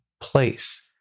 place